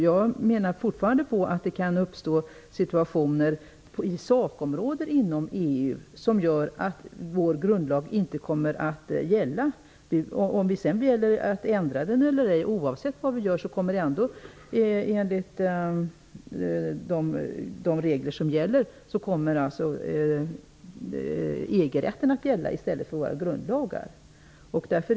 Jag menar fortfarande att det kan uppstå situationer när det gäller sakområden inom EU som gör att vår grundlag inte kommer att gälla. Vi kan sedan välja att ändra den eller ej. Enligt de regler som råder kommer EG-rätten att gälla i stället för våra grundlagar, oavsett vad vi gör.